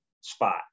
spot